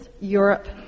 Europe